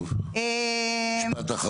טוב, תסיימי.